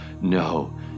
No